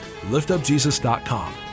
liftupjesus.com